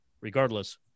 regardless